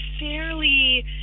fairly